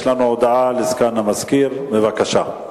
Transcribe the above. יש לנו הודעה לסגן המזכיר, בבקשה.